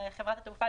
לחברת התעופה,